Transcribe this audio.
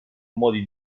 modi